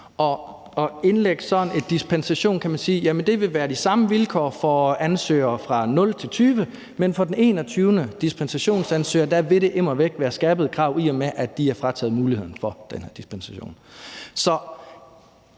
at indlægge sådan en dispensation, kan man sige, vil der være de samme vilkår for de første 0-20 ansøgere, men for den 21. dispensationsansøger vil der immer væk være skærpede krav, i og med at man dér er frataget muligheden for den her dispensation.